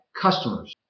customers